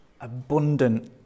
abundant